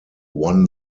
won